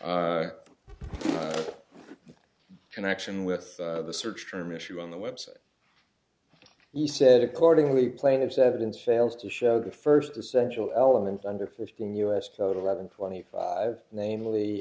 up connection with the search term issue on the website he said accordingly plaintiff's evidence fails to show the first essential element under fifteen u s code eleven twenty five namely